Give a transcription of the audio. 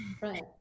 Right